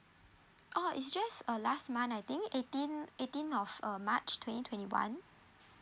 oh it's just uh last month I think eighteen eighteen of uh march twenty twenty one